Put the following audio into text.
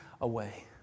away